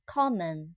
Common